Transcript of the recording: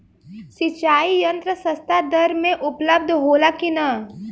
सिंचाई यंत्र सस्ता दर में उपलब्ध होला कि न?